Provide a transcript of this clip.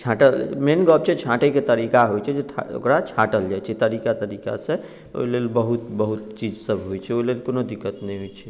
छाँटै main गप छै छाँटैके तरीका होइ छै ओकरा छाँटल जाइ छै तरीका तरीकासँ ओहिलेल बहुत बहुत चीज सब होइ छै ओहिलेल कोनो दिक्कत नहि होइ छै